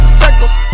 circles